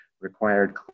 required